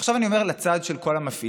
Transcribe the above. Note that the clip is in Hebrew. עכשיו, אני עובר לצד של כל המפעילים.